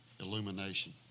illumination